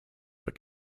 for